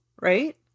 right